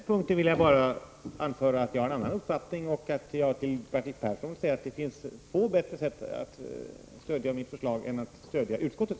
Herr talman! I så fall vill jag bara påpeka att det inte finns något bättre sätt att uttrycka detta än genom att stödja reservation nr 1i den kommande voteringen.